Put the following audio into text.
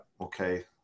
okay